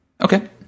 Okay